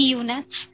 units